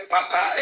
Papa